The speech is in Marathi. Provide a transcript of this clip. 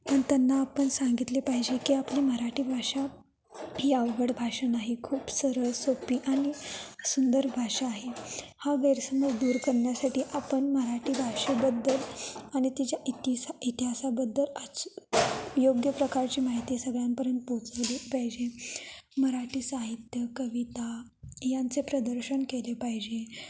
आणि त्यांना आपण सांगितले पाहिजे की आपली मराठी भाषा ही अवघड भाषा नाही खूप सरळ सोपी आणि सुंदर भाषा आहे हा गैरसमज दूर करण्यासाठी आपण मराठी भाषेबद्दल आणि तिच्या इतिसा इतिहासाबद्दल आज योग्य प्रकारची माहिती सगळ्यांपर्यंत पोचवली पाहिजे मराठी साहित्य कविता यांचे प्रदर्शन केले पाहिजे